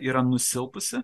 yra nusilpusi